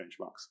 benchmarks